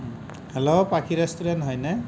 hello Pakhi restaurant হয়নে